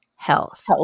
Health